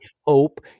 hope